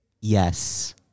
Yes